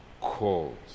calls